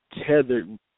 tethered